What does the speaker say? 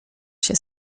się